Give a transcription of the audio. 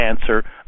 answer